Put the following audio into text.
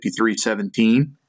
53-17